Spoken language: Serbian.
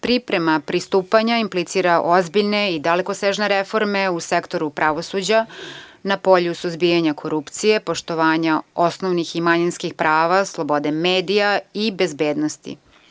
Priprema pristupanja implicira ozbiljne i dalekosežne reforme u sektoru pravosuđa, na polju suzbijanja korupcije, poštovanja osnovnih i manjinskih prava, slobode medija i bezbednosti.